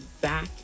back